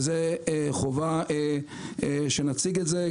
וזה חובה שנציג את זה,